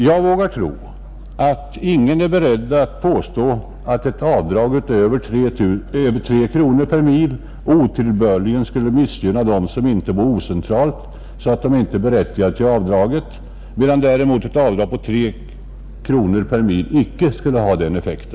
Jag vågar tro att ingen är beredd att påstå, att ett avdrag över 3 kronor per mil otillbörligen skulle missgynna dem som inte bor så ocentralt att de inte är berättigade till detta avdrag, medan däremot ett avdrag på 3 kronor icke skulle ha denna effekt.